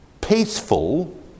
peaceful